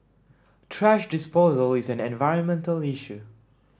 thrash disposal is an environmental issue